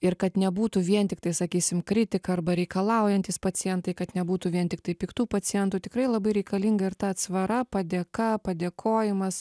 ir kad nebūtų vien tiktai sakysim kritika arba reikalaujantys pacientai kad nebūtų vien tiktai piktų pacientų tikrai labai reikalinga ir ta atsvara padėka padėkojimas